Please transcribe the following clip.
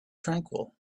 tranquil